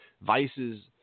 vices